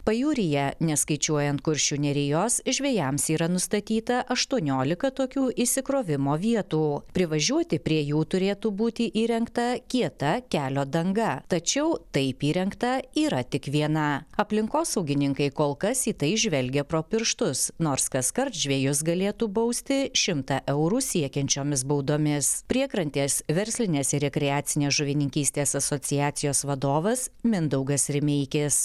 pajūryje neskaičiuojant kuršių nerijos žvejams yra nustatyta aštuoniolika tokių išsikrovimo vietų privažiuoti prie jų turėtų būti įrengta kieta kelio danga tačiau taip įrengta yra tik viena aplinkosaugininkai kol kas į tai žvelgia pro pirštus nors kaskart žvejus galėtų bausti šimtą eurų siekiančiomis baudomis priekrantės verslinės ir rekreacinės žuvininkystės asociacijos vadovas mindaugas remeikis